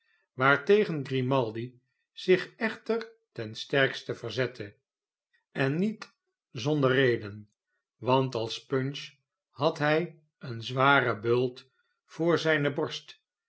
waartegen grimaldi zich echter ten sterkste verzette en niet zonder reden want als punch had hij een zwaren bult voor zijne borst